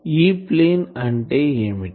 E plane అంటే ఏమిటి